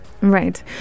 Right